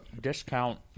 discount